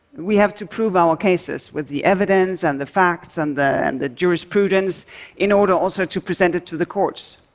we have to prove our cases with the evidence and the facts and the and the jurisprudence in order also to present it to the courts.